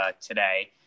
today